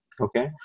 Okay